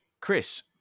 Chris